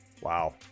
Wow